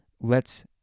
lets